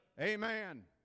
Amen